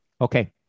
Okay